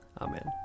Amen